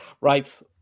Right